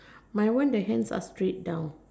my one the hands are straight down